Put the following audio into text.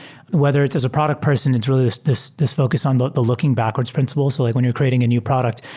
whether it's as a product person, it's really this this focus on the the looking backwards principle. so like when you're creating a new product,